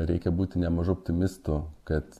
reikia būti nemažu optimistu kad